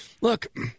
Look